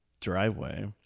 driveway